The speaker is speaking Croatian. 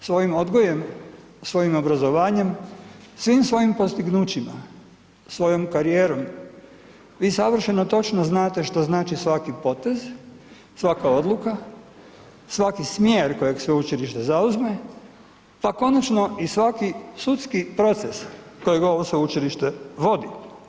Vi, svojim odgojem, svojim obrazovanjem, svim svojim postignućima, svojom karijerom, vi savršeno točno znate što znači svaki potez, svaka odluka, svaki smjer kojeg sveučilište zauzme, pa konačno i svaki sudski proces kojeg ovo sveučilište vodi.